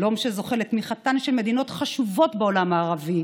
שלום שזוכה לתמיכתן של מדינות חשובות בעולם הערבי: